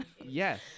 yes